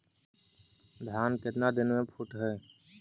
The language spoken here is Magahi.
धान केतना दिन में फुट है?